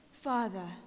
Father